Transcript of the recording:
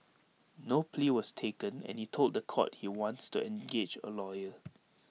no plea was taken and he told The Court he wants to engage A lawyer